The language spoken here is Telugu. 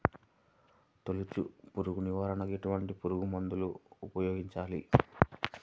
తొలుచు పురుగు నివారణకు ఎటువంటి పురుగుమందులు ఉపయోగించాలి?